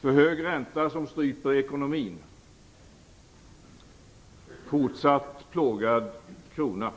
För hög ränta som stryper ekonomin och fortsatt plågad krona